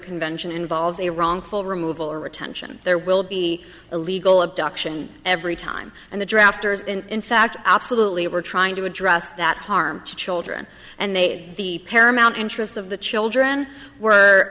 convention involves a wrongful removal or retention there will be illegal abduction every time and the drafters in fact absolutely we're trying to address that harm to children and they the paramount interest of the children were